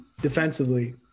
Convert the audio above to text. defensively